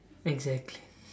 exactly